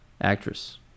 actress